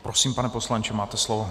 Prosím, pane poslanče, máte slovo.